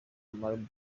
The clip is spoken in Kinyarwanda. melbourne